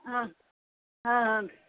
ಹಾಂ ಹಾಂ ಹ್ಞೂ ರೀ